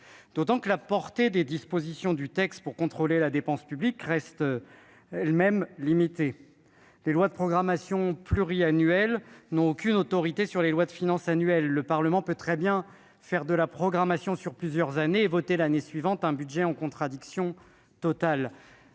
J'ajoute que la portée des dispositions visant à contrôler la dépense publique reste limitée, les lois de programmation pluriannuelle n'ayant aucune autorité sur les lois de finances annuelles. Le Parlement peut très bien établir une programmation sur plusieurs années et voter, l'année suivante, un budget en contradiction totale